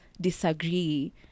Disagree